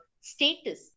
status